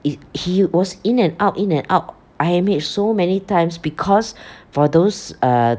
it he was in and out in and out I_M_H so many times because for those uh